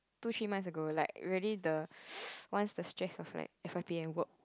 two three months ago like really the once the stress of like f_y_p and work